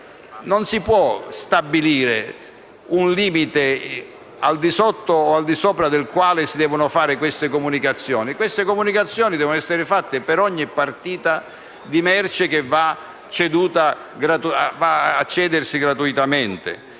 non si può stabilire un limite al di sotto o al di sopra del quale si devono fare tali comunicazioni. Queste comunicazioni devono essere fatte per ogni partita di merce che va a cedersi gratuitamente.